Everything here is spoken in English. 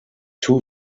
two